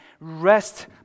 rest